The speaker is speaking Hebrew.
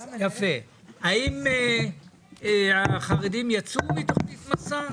האם החרדים יצאו מתכנית 'מסע'?